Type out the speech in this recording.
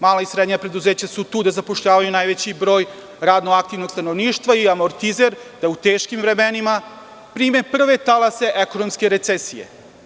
Mala i srednja preduzeća su tu da zapošljavaju najveći broj radno aktivnog stanovništva i amortizer da u teškim vremenima prime prve talase ekonomske recesije.